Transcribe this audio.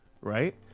right